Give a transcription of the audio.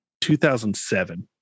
2007